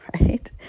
right